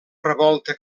revolta